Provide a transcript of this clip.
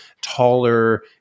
taller